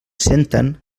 senten